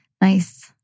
nice